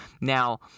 Now